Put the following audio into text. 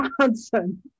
johnson